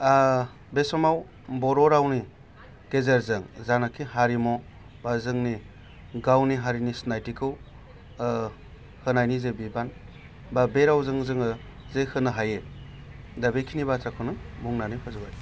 बे समाव बर' रावनि गेजेरजों जानोखि हारिमु बा जोंनि गावनि हारिनि सिनायथिखौ होनायनि जे बिबान बा बे रावजों जोङो जे होनो हायो दा बेखिनि बाथ्राखौनो बुंनानै फोजोबबाय